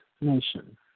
nation